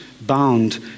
bound